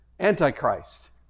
Antichrist